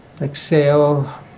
exhale